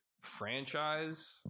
franchise